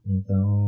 Então